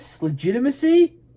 legitimacy